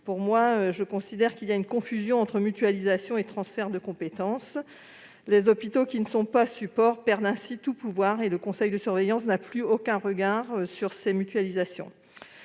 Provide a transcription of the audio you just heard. de tels procédés traduisent une confusion entre mutualisation et transfert de compétence. Les hôpitaux qui ne sont pas support perdent ainsi tout pouvoir et le conseil de surveillance n'a plus aucun regard sur les mutualisations.